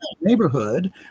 neighborhood